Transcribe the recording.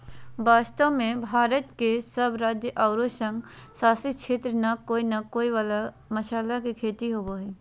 वास्तव में भारत के सब राज्य आरो संघ शासित क्षेत्र में कोय न कोय मसाला के खेती होवअ हई